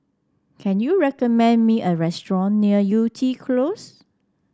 can you recommend me a restaurant near Yew Tee Close